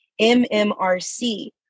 MMRC